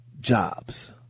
jobs